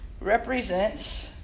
represents